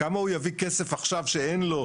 כמה הוא יביא כסף עכשיו שאין לו,